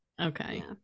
Okay